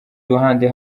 ruhande